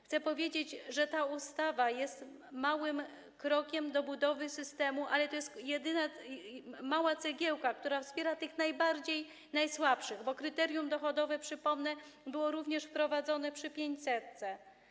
Chcę powiedzieć, że ta ustawa jest małym krokiem w budowie systemu, to jest jedynie mała cegiełka, która wspiera tych najsłabszych, bo kryterium dochodowe, przypomnę było również wprowadzone przy 500.